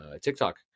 tiktok